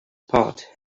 part